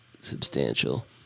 substantial